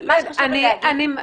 כן.